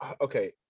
okay